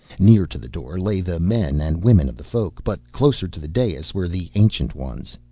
near to the door lay the men and women of the folk, but closer to the dais were the ancient ones.